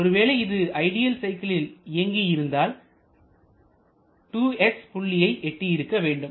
ஒருவேளை இது ஐடியல் சைக்கிளில் இயங்கி இருந்தால் 2s புள்ளியை எட்டி இருக்க வேண்டும்